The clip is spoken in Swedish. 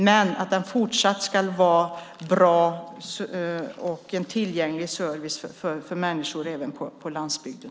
Men det ska fortsatt vara en bra och tillgänglig service även för människor på landsbygden.